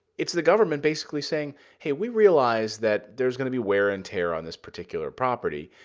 it's the government basically saying, hey, we realize that there's going to be wear and tear on this particular property,